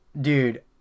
dude